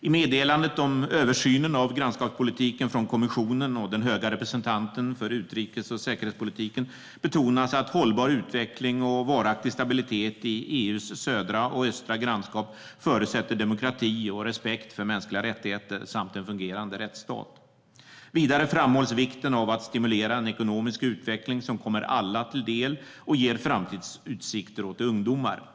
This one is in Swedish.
I meddelandet om översynen av grannskapspolitiken från kommissionen och den höga representanten för utrikes och säkerhetspolitiken betonas att hållbar utveckling och varaktig stabilitet i EU:s södra och östra grannskap förutsätter demokrati och respekt för mänskliga rättigheter samt en fungerande rättsstat. Vidare framhålls vikten av att stimulera en ekonomisk utveckling som kommer alla till del och ger framtidsutsikter åt ungdomar.